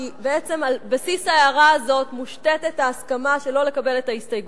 כי בעצם על בסיס ההערה הזאת מושתתת ההסכמה שלא לקבל את ההסתייגות.